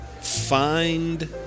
Find